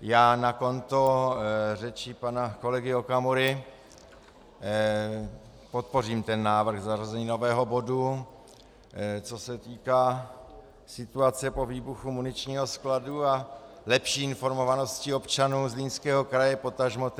Já na konto řečí pana kolegy Okamury podpořím návrh na zařazení nového bodu co se týká situace po výbuchu muničního skladu a lepší informovanosti občanů Zlínského kraje, potažmo